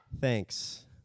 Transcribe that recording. Thanks